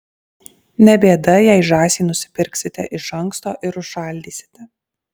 ne bėda jei žąsį nusipirksite iš anksto ir užšaldysite